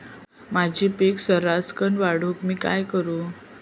माझी पीक सराक्कन वाढूक मी काय करू?